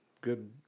Good